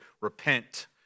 repent